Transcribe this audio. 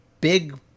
big